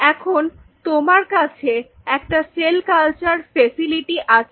এখন তোমার কাছে একটা সেল কালচার ফেসিলিটি আছে